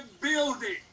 building